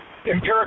Empirical